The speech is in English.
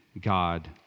God